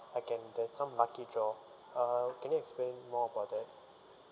I can there's some lucky draw uh can you explain more about that